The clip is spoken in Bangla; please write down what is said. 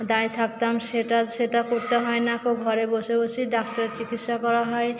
দাঁড়িয়ে থাকতাম সেটা সেটা করতে হয় না ঘরে বসে বসেই ডাক্তারের চিকিৎসা করা হয়